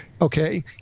okay